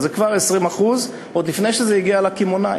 זה כבר 20% עוד לפני שזה הגיע לקמעונאי.